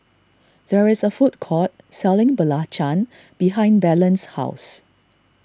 there is a food court selling Belacan behind Belen's house